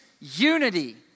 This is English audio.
unity